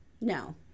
No